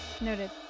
noted